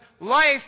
life